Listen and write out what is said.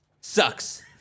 sucks